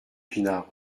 pinard